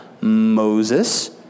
Moses